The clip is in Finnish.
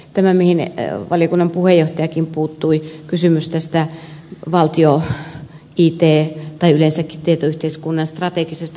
tämä mihin valiokunnan puheenjohtajakin puuttui kysymys tästä valtion it tai yleensäkin tietoyhteiskunnan strategisesta johtamisesta